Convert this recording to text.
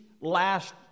last